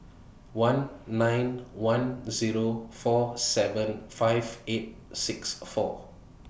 one nine one Zero four seven five eight six four